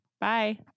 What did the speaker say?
Bye